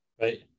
Right